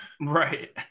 Right